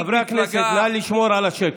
לחוק הוא קטן ושולי,